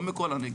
לא מכל הנגב,